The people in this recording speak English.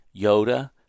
Yoda